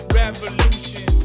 revolution